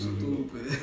Stupid